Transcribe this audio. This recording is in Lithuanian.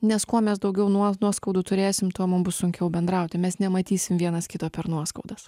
nes kuo mes daugiau nuo nuoskaudų turėsim tuo mum bus sunkiau bendrauti mes nematysim vienas kito per nuoskaudas